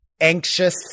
anxious